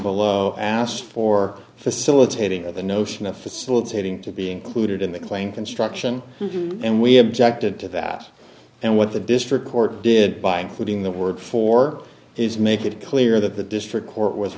below asked for facilitating of the notion of facilitating to be included in the claim construction and we objected to that and what the district court did by including the word for his make it clear that the district court w